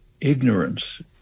ignorance